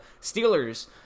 steelers